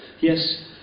Yes